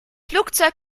flugzeug